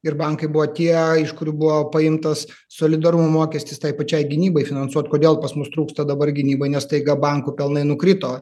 ir bankai buvo tie aišku ir buvo paimtas solidarumo mokestis tai pačiai gynybai finansuot kodėl pas mus trūksta dabar gynybai nes staiga bankų pelnai nukrito